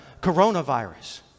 coronavirus